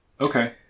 Okay